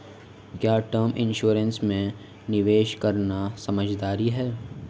क्या term insurance में निवेश करना समझदारी है?